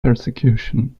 persecution